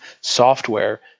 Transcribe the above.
software